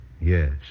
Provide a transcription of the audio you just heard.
Yes